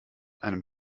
einem